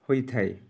ହୋଇଥାଏ